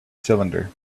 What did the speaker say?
cylinder